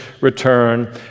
return